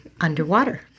underwater